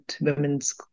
women's